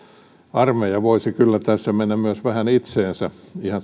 armeija voisi kyllä tässä mennä myös vähän itseensä